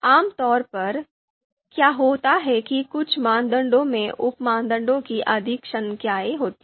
आमतौर पर क्या होता है कि कुछ मानदंडों में उप मानदंडों की अधिक संख्या होती है